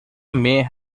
may